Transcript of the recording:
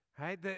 right